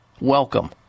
Welcome